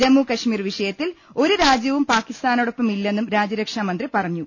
ജമ്മു കശ്മീർ വിഷ യത്തിൽ ഒരു രാജ്യവും പാക്കിസ്ഥാനോടൊപ്പമില്ലെന്നും രാജ്യരക്ഷാ മന്ത്രി പറഞ്ഞു